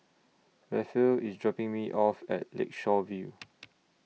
Rafe IS dropping Me off At Lakeshore View